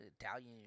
Italian